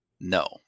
No